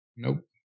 Nope